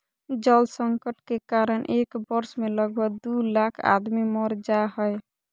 जल संकट के कारण एक वर्ष मे लगभग दू लाख आदमी मर जा हय